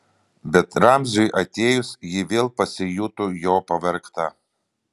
bet ramziui atėjus ji vėl pasijuto jo pavergta